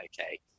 okay